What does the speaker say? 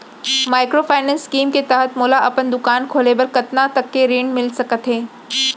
Microfinance scheme के तहत मोला अपन दुकान खोले बर कतना तक के ऋण मिलिस सकत हे?